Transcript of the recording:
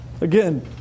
Again